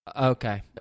Okay